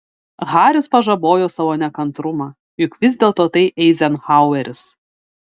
haris pažabojo savo nekantrumą juk vis dėlto tai eizenhaueris